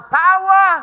power